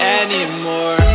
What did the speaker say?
anymore